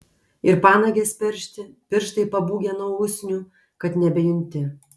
ir panagės peršti pirštai pabūgę nuo usnių kad nebejunti